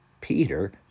Peter